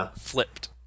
flipped